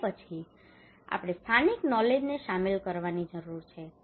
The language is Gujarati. અને પછી આપણે સ્થાનિક નોલેજને શામેલ કરવાની જરૂર છે